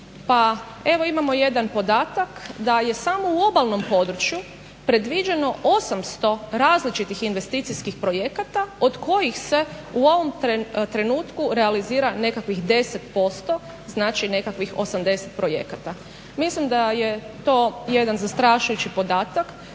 pa evo imamo jedan podatak da je samo u obalnom području predviđeno 800 različitih investicijskih projekata od kojih se u ovom trenutku realizira nekakvih 10%. Znači, nekakvih 80 projekata. Mislim da je to jedan zastrašujući podatak